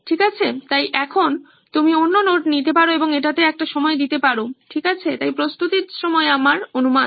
ঠিক আছে তাই এখন আপনি অন্য নোট নিতে পারেন এবং এটিতে একটি সময় দিতে পারেন ঠিক আছে তাই প্রস্তুতির সময় আমার অনুমান